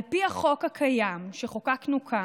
על פי החוק הקיים, שחוקקנו כאן,